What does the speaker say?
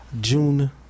June